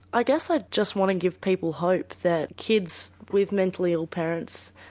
i guess i just want to give people hope that kids with mentally ill parents,